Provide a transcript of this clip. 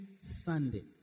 Sunday